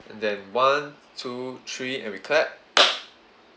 and then one two three and we clap